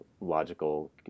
logical